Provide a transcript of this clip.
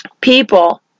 people